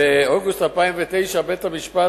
באוגוסט 2009. באוגוסט 2009 קבע בית-המשפט